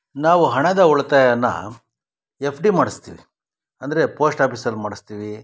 ನಾವು ಹಣದ ಉಳಿತಾಯನ ಎಫ್ ಡಿ ಮಾಡಿಸ್ತೀವಿ ಅಂದರೆ ಪೋಶ್ಟ್ ಆಫೀಸಲ್ಲಿ ಮಾಡಿಸ್ತೀವಿ